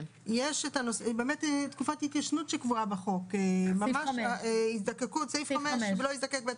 יש תקופת התיישנות שקבועה בחוק בסעיף 5: "לא יזדקק בית